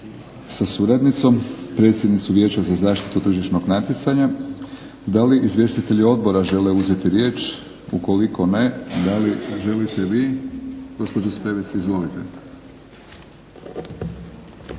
sa suradnicom, predsjednicu Vijeća za zaštitu tržišnog natjecanja. Da li izvjestitelji odbora žele uzeti riječ? Ukoliko ne, da li želite vi gospođo Spevec? Izvolite.